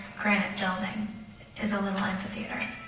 granite building is a little amphitheater.